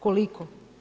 Koliko?